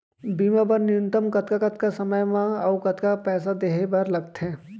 बीमा बर न्यूनतम कतका कतका समय मा अऊ कतका पइसा देहे बर लगथे